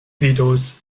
vidos